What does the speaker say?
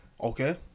Okay